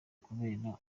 kubera